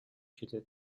хэлээд